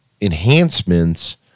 enhancements